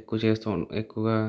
ఎక్కువ చేస్తు ఎక్కువగా